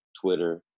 Twitter